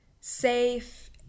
safe